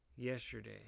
Yesterday